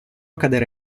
cadere